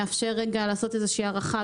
מאפשרת רגע לעשות איזה הערכה,